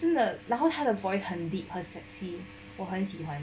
真的然后 then 他的 voice 真的很 deep 我很喜欢